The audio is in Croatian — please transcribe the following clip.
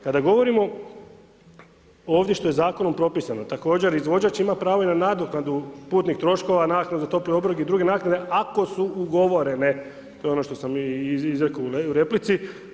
Kada govorimo ovdje što je zakonom propisano, također izvođač ima pravo i na nadoknadu putnih troškova, naknadu za topli obrok i druge naknade ako su ugovorene, ono što smo mi izrekli u replici.